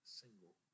single